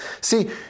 See